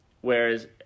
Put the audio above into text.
Whereas